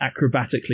acrobatically